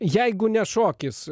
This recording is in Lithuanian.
jeigu ne šokis